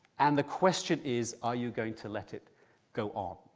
and the question is are you going to let it go on?